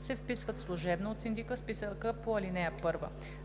се вписват служебно от синдика в списъка по ал. 1.